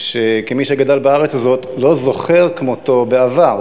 שכמי שגדל בארץ הזאת לא זוכר כמותו בעבר.